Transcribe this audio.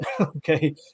okay